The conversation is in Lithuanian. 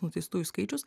nuteistųjų skaičius